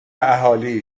اهالی